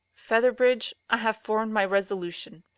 featherbridge, i have formed my resolution.